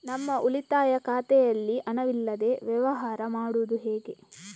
ನಮ್ಮ ಉಳಿತಾಯ ಖಾತೆಯಲ್ಲಿ ಹಣವಿಲ್ಲದೇ ವ್ಯವಹಾರ ಮಾಡುವುದು ಹೇಗೆ?